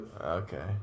Okay